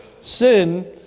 sin